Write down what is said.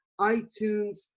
iTunes